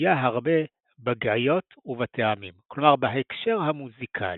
תלויה הרבה בגעיות ובטעמים, כלומר בהקשר המוזיקלי,